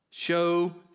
Show